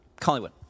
Collingwood